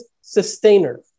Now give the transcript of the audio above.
sustainer